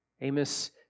Amos